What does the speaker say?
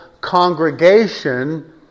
congregation